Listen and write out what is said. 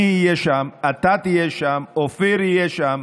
אני אהיה שם, אתה תהיה שם, אופיר יהיה שם.